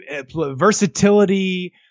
versatility